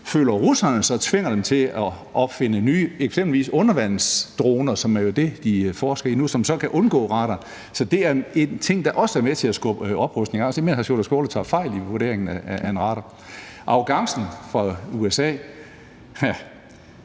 føler russerne så tvinger dem til at opfinde nye eksempelvis undervandsdroner, som jo er det, de forsker i nu, som så kan undgå radarer. Så det er en ting, der også er med til at skubbe til oprustningen. Jeg tror, at hr. Sjúrður Skaale simpelt hen tager fejl i vurderingen af en radar. Arrogancen fra USA: